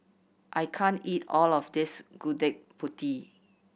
I can't eat all of this Gudeg Putih